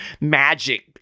magic